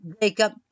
Jacob